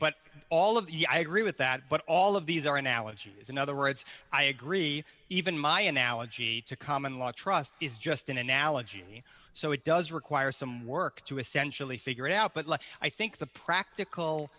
but all of the i agree with that but all of these are analogies in other words i agree even my analogy to common law trust is just an analogy so it does require some work to essentially figure it out but let's i think the practical